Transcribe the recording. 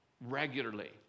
regularly